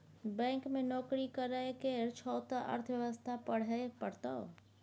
bank मे नौकरी करय केर छौ त अर्थव्यवस्था पढ़हे परतौ